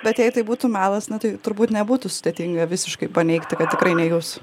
bet jei tai būtų melas na tai turbūt nebūtų sudėtinga visiškai paneigti kad tikrai ne jūs